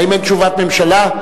האם אין תשובת ממשלה?